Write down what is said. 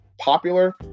popular